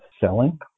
selling